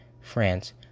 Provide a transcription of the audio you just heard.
France